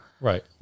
Right